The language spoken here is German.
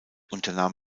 unternahm